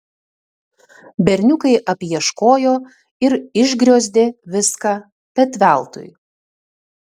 berniukai apieškojo ir išgriozdė viską bet veltui